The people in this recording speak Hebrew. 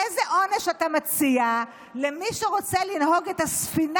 איזה עונש אתה מציע למי שרוצה לנהוג בספינה